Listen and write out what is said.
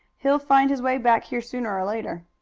he'll find his way back here sooner or later.